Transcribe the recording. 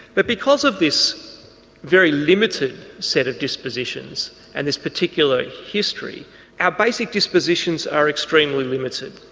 but because of this very limited set of dispositions and this particular history our basic dispositions are extremely limited.